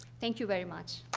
thank you very much.